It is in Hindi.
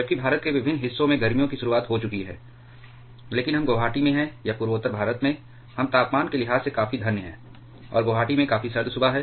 जबकि भारत के विभिन्न हिस्सों में गर्मियों की शुरुआत हो चुकी है लेकिन हम गुवाहाटी में हैं या पूर्वोत्तर भारत में हम तापमान के लिहाज से काफी धन्य हैं और गुवाहाटी में काफी सर्द सुबह है